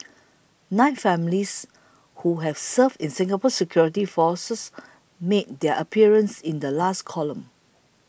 nine families who have served in Singapore's security forces made their appearance in the last column